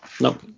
Nope